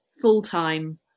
full-time